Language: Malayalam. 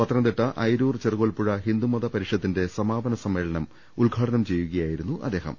പത്തനം തിട്ട അയിരൂർ ചെറുകോൽപ്പുഴ ഹിന്ദുമത പരിഷത്തിന്റെ സമാപന സമ്മേ ളനം ഉദ്ഘാടനം ചെയ്യുകയായിരുന്നു അദ്ദേഹ്ം